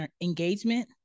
engagement